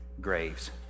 graves